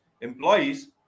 employees